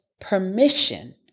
permission